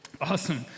Awesome